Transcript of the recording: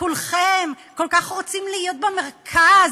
כולכם כל כך רוצים להיות במרכז,